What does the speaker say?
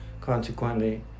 consequently